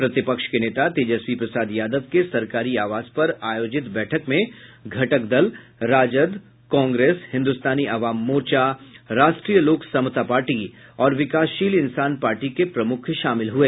प्रतिपक्ष के नेता तेजस्वी प्रसाद यादव के सरकारी आवास पर आयोजित बैठक में घटक दल राजदकांग्रेस हिन्दुस्तानी आवाम मोर्चा हम राष्ट्रीय लोक समता पार्टी और विकासशील इंसान पार्टी के प्रमुख शामिल हुए